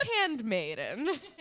handmaiden